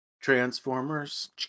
Transformers